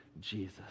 Jesus